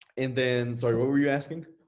and then. sorry, what were you asking?